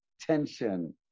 tension